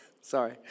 Sorry